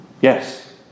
Yes